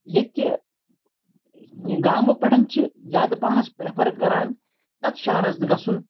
ییٚتہِ گامو پیٚٹھ چھِ زیادٕ پَہنَس پرٛیٚفَر کَران تَتھ شَہرَس گَژھُن